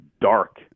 dark